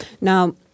Now